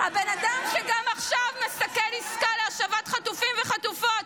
--- הבן אדם שגם עכשיו מסכל עסקה להשבת חטופים וחטופות.